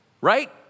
right